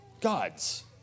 God's